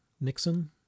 Nixon